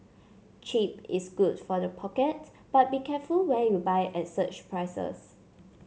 cheap is good for the pocket but be careful where you buy at such prices